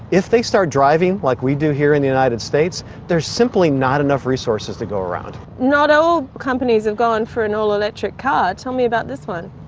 if they start driving like we do here in the united states, there is simply not enough resources to go around. not all companies have gone for an all-electric car. tell me about this one.